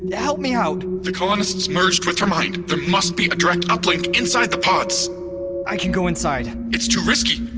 help me out the colonists merged with her mind. there must be a direct uplink inside the pods i can go inside it's too risky.